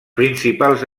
principals